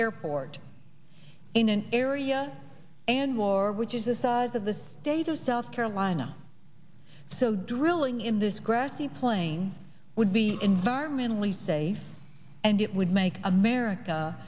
airport in an area and war which is the size of the state of south carolina so drilling in this grassy playing would be environmentally safe and it would make america